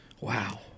Wow